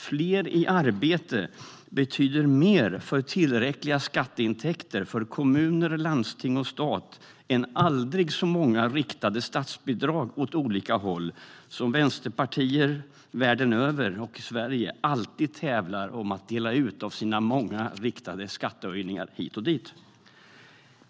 Fler i arbete betyder mer för tillräckliga skatteintäkter för kommuner, landsting och stat än aldrig så många riktade statsbidrag åt olika håll som vänsterpartier världen över - och i Sverige - alltid tävlar om att dela ut från sina många riktade skattehöjningar hit och dit.